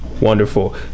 Wonderful